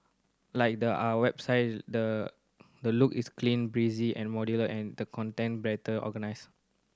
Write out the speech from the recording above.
like the are website the the look is clean breezy and modular and the content better organised